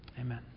Amen